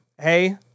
hey